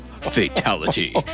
Fatality